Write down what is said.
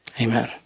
Amen